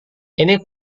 ini